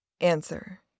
Answer